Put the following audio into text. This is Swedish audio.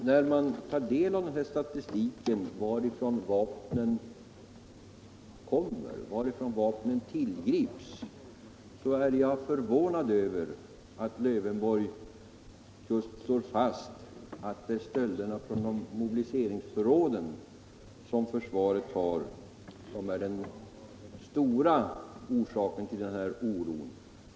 När man tar del av den statistik som visar var vapen tillgripits blir man förvånad över att herr Lövenborg slår fast att stölderna från försvarets mobiliseringsförråd är den stora orsaken till denna oro.